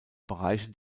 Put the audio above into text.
bereiche